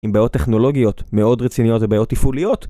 עם בעיות טכנולוגיות מאוד רציניות ובעיות טיפוליות